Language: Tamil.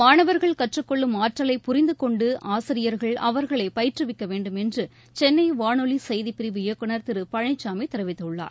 மாணவர்கள் கற்றுக்கொள்ளும் ஆற்றலை புரிந்து கொண்டு ஆசிரியர்கள் அவர்களை பயிற்றுவிக்க வேன்டும் என்று சென்னை வானொலி செய்திப்பிரிவு இயக்குனர் திரு பழனிசாமி தெரிவித்துள்ளார்